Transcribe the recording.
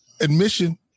admission